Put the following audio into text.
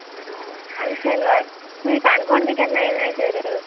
आं आनी शेनवार तुमी काणकोण बी केन्ना येनाय तर